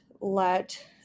let